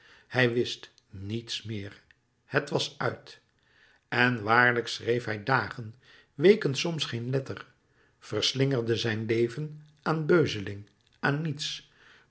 hij wist niets meer het was uit en waarlijk schreef hij dagen weken soms geen letter verslingerde zijn leven aan beuzeling aan niets